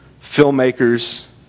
filmmakers